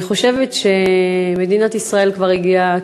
אני חושבת שמדינת ישראל כבר הגיעה,